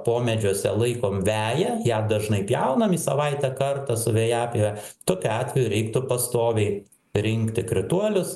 pomedžiuose laikom veją ją dažnai pjaunam į savaitę kartą su vejapjove tokiu atveju reiktų pastoviai rinkti krituolius